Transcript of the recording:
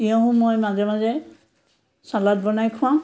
তিয়ঁহো মই মাজে মাজে চালাড বনাই খোৱাওঁ